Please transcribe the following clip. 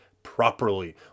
properly